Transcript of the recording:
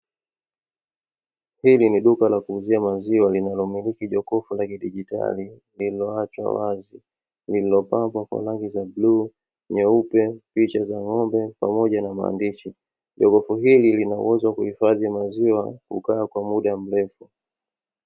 Hili ni duka la kuuzia maziwa linalomiliki jokofu la kidigitali lililoachwa wazi, lililopambwa kwa rangi za bluu, nyeupe, picha za ng'ombe, pamoja na maandishi. Jokofu hili lina uwezo wa kuhifadhi maziwa kukaa kwa muda mrefu.